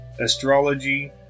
astrology